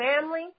family